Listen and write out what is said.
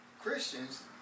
Christians